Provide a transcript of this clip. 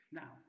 now